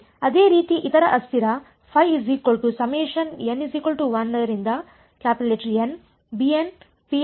ಅದೇ ರೀತಿ ಇತರ ಅಸ್ಥಿರ ಸರಿ